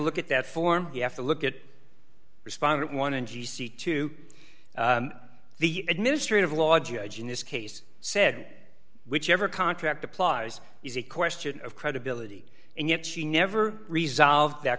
look at that form you have to look at respondent one in g c to the administrative law judge in this case said whichever contract applies is a question of credibility and yet she never resolved that